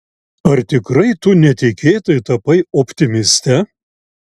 ar tikrai tu netikėtai tapai optimiste